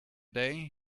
day